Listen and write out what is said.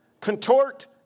contort